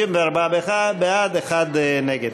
54 בעד, אחד נגד.